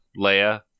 Leia